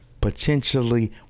potentially